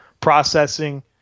processing